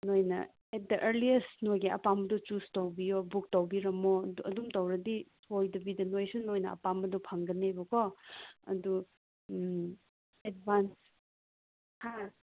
ꯅꯈꯣꯏꯅ at the earliest ꯅꯈꯣꯏꯒꯤ ꯑꯄꯥꯝꯕꯗꯨ ꯆꯨꯁ ꯇꯧꯕꯤꯌꯣ ꯕꯨꯛ ꯇꯧꯕꯤꯔꯝꯃꯣ ꯑꯗꯨꯝ ꯇꯧꯔꯗꯤ ꯁꯣꯏꯗꯕꯤꯗ ꯅꯈꯣꯏꯁꯨ ꯅꯈꯣꯏꯅ ꯑꯄꯥꯃꯕꯗꯨ ꯐꯪꯒꯅꯦꯕꯀꯣ ꯑꯗꯨ ꯎꯝ ꯑꯦꯗꯕꯥꯟꯁ ꯍꯥ